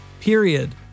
period